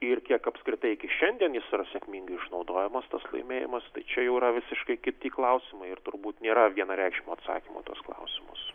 ir kiek apskritai iki šiandien jis yra sėkmingai išnaudojamas tas laimėjimas tai čia jau yra visiškai kiti klausimai ir turbūt nėra vienareikšmio atsakymo į tuos klausimus